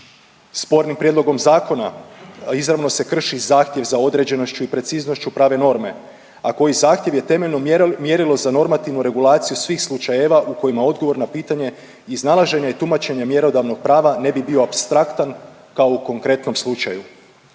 Spornim prijedlogom zakona izravno se krši zahtjev za određenošću i preciznošću prave norme, a koji zahtjev je temeljno mjerilo za normativnu regulaciju svih slučajeva u kojima odgovor na pitanje iznalaženje i tumačenje mjerodavnog prava ne bi bio apstraktan kao u konkretnom slučaju.